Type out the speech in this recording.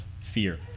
fear